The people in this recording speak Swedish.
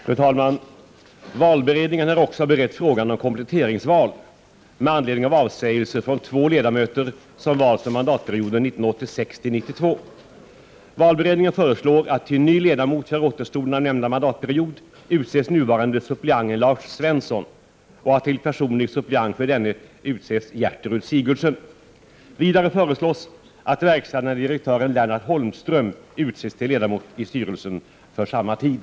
Fru talman! Valberedningen har berett frågan om kompletteringsval med anledning av avsägelser från två ledamöter som valts för mandatperioden 1986-1992. Valberedningen föreslår att till ny ledamot för återstoden av nämnda mandatperiod utses nuvarande suppleanten Lars Svensson och att till personlig suppleant för denne utses Gertrud Sigurdsen. Vidare föreslås att verkställande direktören Lennart Holmström utses till ledamot i styrelsen för samma tid.